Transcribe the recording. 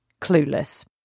Clueless